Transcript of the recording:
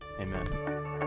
Amen